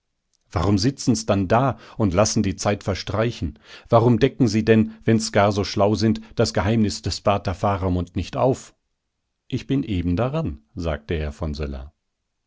warum sitzen's denn da und lassen die zeit verstreichen warum decken sie denn wenn's so gar schlau sind das geheimnis des paters faramund nicht auf ich bin eben daran sagt der herr von söller